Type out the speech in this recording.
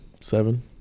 Seven